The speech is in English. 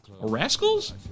rascals